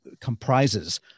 comprises